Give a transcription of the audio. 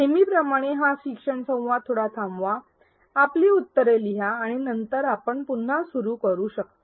नेहमीप्रमाणे हा शिक्षण संवाद थोडा थांबवा आपले उत्तर लिहा आणि नंतर आपण पुन्हा सुरू करू शकता